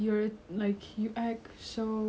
you are this you are that or you